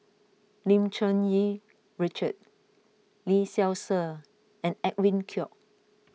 Lim Cherng Yih Richard Lee Seow Ser and Edwin Koek